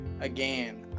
again